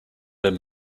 their